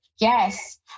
Yes